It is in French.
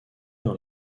dans